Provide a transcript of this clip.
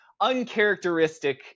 uncharacteristic